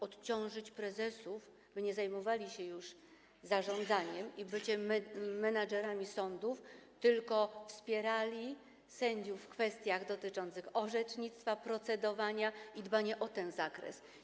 Odciążyć prezesów, by nie zajmowali się już zarządzaniem i byciem menedżerami sądów, tylko wspierali sędziów w kwestiach dotyczących orzecznictwa, procedowania, tzn. żeby dbali o ten zakres.